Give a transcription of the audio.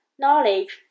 knowledge